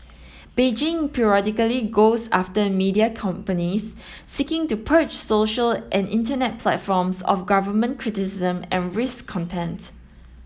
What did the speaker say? Beijing periodically goes after media companies seeking to purge social and internet platforms of government criticism and content